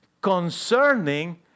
concerning